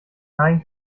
nein